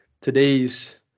today's